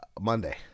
Monday